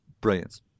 brilliance